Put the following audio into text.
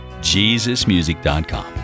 JesusMusic.com